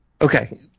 Okay